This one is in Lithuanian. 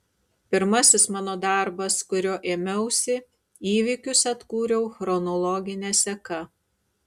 pirmasis mano darbas kurio ėmiausi įvykius atkūriau chronologine seka